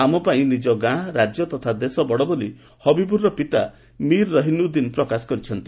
ଆମ ପାଇଁ ନିଜ ଗାଁ ରାଜ୍ୟ ତଥା ଦେଶ ବଡ ବୋଲି ହବିବୁରର ପିତା ମୀର ରହିନ୍ଉଦ୍ଧିନ୍ ପ୍ରକାଶ କରିଛନ୍ତି